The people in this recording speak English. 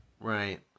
Right